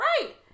Right